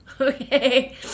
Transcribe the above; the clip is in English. Okay